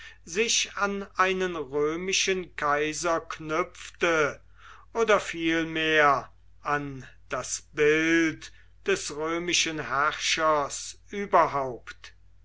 sich an einen römischen kaiser knüpfte oder vielmehr an das bild des römischen herrschers überhaupt